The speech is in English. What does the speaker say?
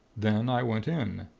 then i went in.